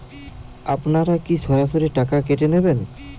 আপনারা কি সরাসরি টাকা কেটে নেবেন?